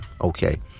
Okay